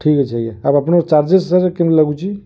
ଠିକ୍ ଅଛି ଆଜ୍ଞା ଆଉ ଆପଣଙ୍କର ଚାର୍ଜେସ ସାର୍ କେମିତି ଲାଗୁଛି